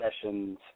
sessions